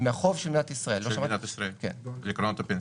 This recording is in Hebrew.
מדינת ישראל לקרנות הפנסיה?